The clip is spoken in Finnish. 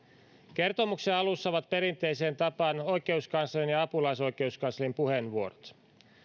kertomuksen alussa ovat perinteiseen tapaan oikeuskanslerin ja apulaisoikeuskanslerin puheenvuorot